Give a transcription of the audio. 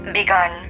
begun